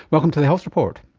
welcome to the health report.